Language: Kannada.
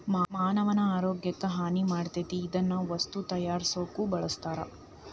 ಮಾನವನ ಆರೋಗ್ಯಕ್ಕ ಹಾನಿ ಮಾಡತತಿ ಇದನ್ನ ವಸ್ತು ತಯಾರಸಾಕು ಬಳಸ್ತಾರ